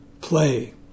play